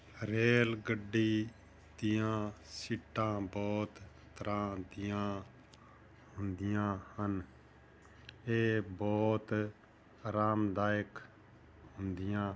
rail ਗੱਡੀ ਦੀਆਂ ਸੀਟਾਂ ਬਹੁਤ ਤਰ੍ਹਾਂ ਦੀਆਂ ਹੁੰਦੀਆਂ ਹਨ ਇਹ ਬਹੁਤ ਆਰਾਮਦਾਇਕ ਹੁੰਦੀਆਂ